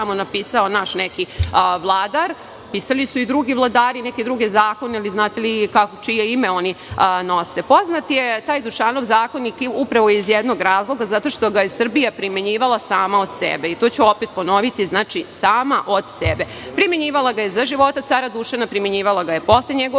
naš neki vladar. Pisali su i drugi vladari neke druge zakone, ali znate li čije ime oni nose? Poznat je taj Dušanov zakonik i upravo iz jednog razloga, zato što ga je Srbija primenjivala sama od sebe, to ću opet ponoviti, sama od sebe. Primenjivala ga je za života cara Dušana, posle njegove